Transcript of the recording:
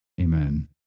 Amen